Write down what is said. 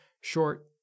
short